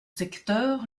secteur